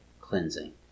cleansing